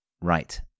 right